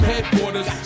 Headquarters